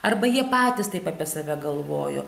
arba jie patys taip apie save galvojo